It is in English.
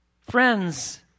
Friends